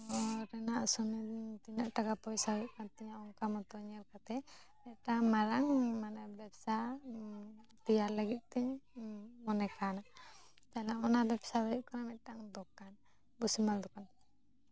ᱦᱚᱨ ᱨᱮᱱᱟᱜ ᱥᱚᱢᱚᱭ ᱛᱤᱱᱟᱹᱜ ᱴᱟᱠᱟ ᱯᱚᱭᱥᱟ ᱦᱩᱭᱩᱜ ᱠᱟᱱ ᱛᱤᱧᱟ ᱚᱱᱠᱟ ᱢᱚᱛᱚ ᱧᱮᱞ ᱠᱟᱛᱮᱜ ᱢᱤᱫᱴᱟᱱ ᱢᱟᱨᱟᱝ ᱢᱟᱱᱮ ᱵᱮᱵᱥᱟ ᱛᱮᱭᱟᱨ ᱞᱟᱹᱜᱤᱫ ᱛᱤᱧ ᱢᱚᱱᱮ ᱠᱟᱣᱱᱟ ᱛᱟᱦᱚᱞᱮ ᱚᱱᱟ ᱵᱮᱵᱥᱟ ᱦᱩᱭᱩᱜ ᱠᱟᱱᱟ ᱢᱤᱫᱴᱟᱱ ᱫᱚᱠᱟᱱ ᱵᱷᱩᱥᱤᱟᱞ ᱫᱚᱠᱟᱱ